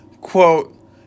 quote